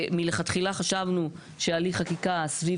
ומלכתחילה חשבנו שהליך חקיקה סביב